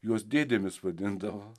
juos dėdėmis vadindavo